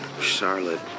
Charlotte